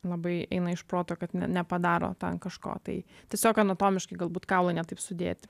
labai eina iš proto kad nepadaro ten kažko tai tiesiog anatomiškai galbūt kaulai ne taip sudėti